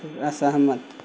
असहमत